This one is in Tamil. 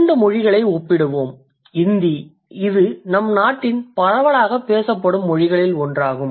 இரண்டு மொழிகளை ஒப்பிடுவோம் இந்தி இது நம் நாட்டின் பரவலாக பேசப்படும் மொழிகளில் ஒன்றாகும்